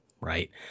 right